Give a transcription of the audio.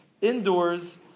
Indoors